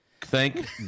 thank